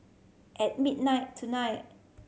at midnight tonight